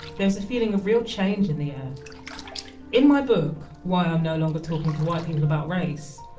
there was a feeling of real change in the air in my book, why i'm no longer talking to white people about race,